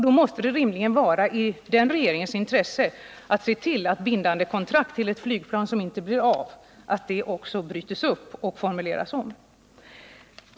Då måste det rimligen vara i den regeringens intressen att se till att bindande kontrakt beträffande ett flygplan som inte skall bli av också bryts upp och formuleras om.